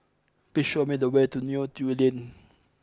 please show me the way to Neo Tiew Lane